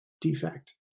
defect